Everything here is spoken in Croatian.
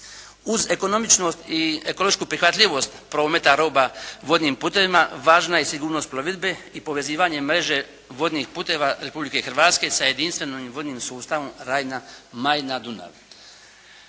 Uz ekonomičnost i ekološku prihvatljivost prometa roba vodnim putovima važna je sigurnost plovidbe i povezivanje mreže vodnih putova Republike Hrvatske sa jedinstvenim vodnim sustavom Rajna-Majna-Dunav.